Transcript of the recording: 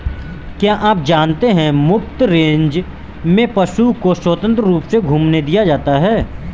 क्या आप जानते है मुफ्त रेंज में पशु को स्वतंत्र रूप से घूमने दिया जाता है?